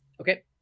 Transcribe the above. okay